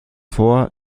vor